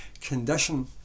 condition